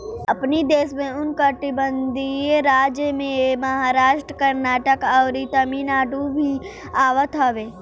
अपनी देश में उष्णकटिबंधीय राज्य में महाराष्ट्र, कर्नाटक, अउरी तमिलनाडु भी आवत हवे